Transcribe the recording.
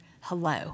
hello